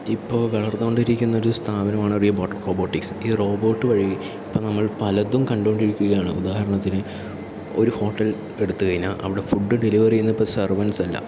ഇപ്പോൾ വളർന്ന് കൊണ്ടിരിക്കുന്നൊരു സ്ഥാപനമാണ് റീബൂട്ട് റോബോട്ടിക്സ് ഈ റോബോട്ട് വഴി ഇപ്പോൾ നമ്മൾ പലതും കണ്ടുകൊണ്ടിരിക്കുകയാണ് ഉദാഹരണത്തിന് ഒരു ഹോട്ടൽ എടുത്ത് കഴിഞ്ഞാൽ അവിടെ ഫുഡ് ഡെലിവറി ചെയ്യുന്നത് ഇപ്പോൾ സെർവൻറ്സല്ല